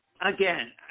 again